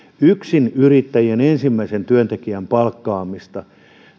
yksinyrittäjien ensimmäisen työntekijän palkkaamista